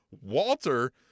Walter